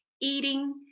eating